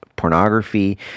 pornography